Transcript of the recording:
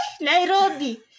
Nairobi